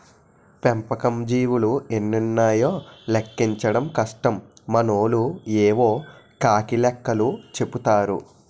పెంపకం జీవులు ఎన్నున్నాయో లెక్కించడం కష్టం మనోళ్లు యేవో కాకి లెక్కలు చెపుతారు